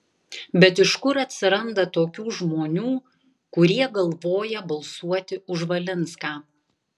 bet iš kur atsiranda tokių žmonių kurie galvoja balsuoti už valinską